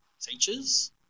teachers